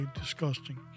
disgusting